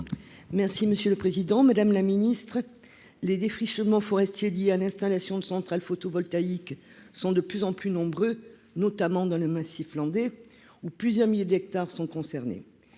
Merci monsieur le Président, Madame la Ministre, les défrichements forestier, dit à l'installation de centrales photovoltaïques sont de plus en plus nombreux, notamment dans le massif landais ou plusieurs milliers d'hectares sont concernés,